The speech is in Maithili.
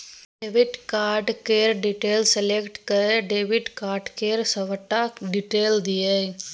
डेबिट कार्ड केर डिटेल सेलेक्ट कए डेबिट कार्ड केर सबटा डिटेल दियौ